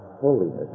holiness